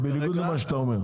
זה בניגוד למה שאתה אומר.